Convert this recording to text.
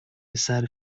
beside